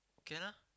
can lah